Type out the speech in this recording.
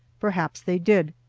perhaps they did.